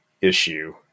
issue